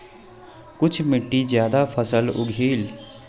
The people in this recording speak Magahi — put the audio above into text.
कुन मिट्टी ज्यादा फसल उगहिल?